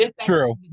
True